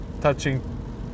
touching